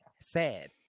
sad